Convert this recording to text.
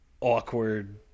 awkward